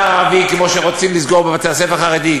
הערבי כמו שרוצים לסגור במגזר החרדי,